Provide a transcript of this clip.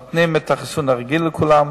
נותנים את החיסון הרגיל לכולם.